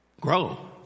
grow